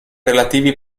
relativi